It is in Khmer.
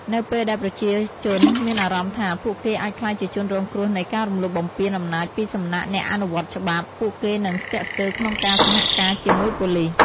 នៅពេលដែលប្រជាជនមានអារម្មណ៍ថា ពួកគេអាចក្លាយជាជនរងគ្រោះនៃការរំលោភបំពានអំណាចពីសំណាក់អ្នកអនុវត្តច្បាប់ ពួកគេនឹង ស្ទាក់ស្ទើរក្នុងការសហការជាមួយប៉ូលីស។